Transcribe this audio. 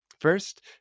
First